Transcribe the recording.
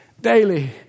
daily